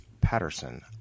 Patterson